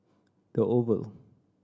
The Oval